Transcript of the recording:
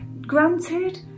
granted